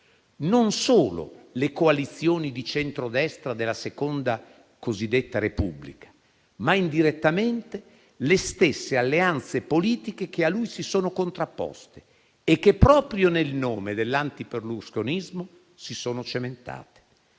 non solo le coalizioni di centrodestra della cosiddetta Seconda Repubblica, ma indirettamente le stesse alleanze politiche che a lui si sono contrapposte e che, proprio nel nome dell'antiberlusconismo, si sono cementate.